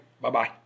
Bye-bye